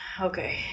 Okay